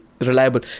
reliable